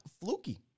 fluky